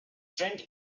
trent